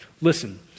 Listen